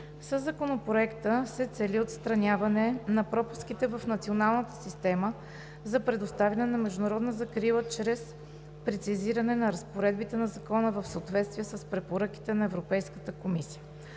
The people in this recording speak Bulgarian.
Със Законопроекта се цели отстраняване на пропуските в националната система за предоставяне на международна закрила чрез прецизиране на разпоредбите на закона в съответствие с препоръките на Европейската комисия.